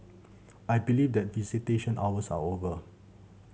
I believe that visitation hours are over